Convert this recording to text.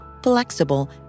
Flexible